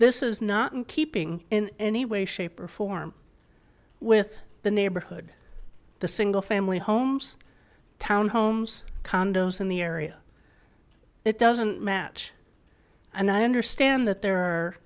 this is not in keeping in any way shape or form with the neighborhood the single family homes town homes condos in the area it doesn't match and i understand that there are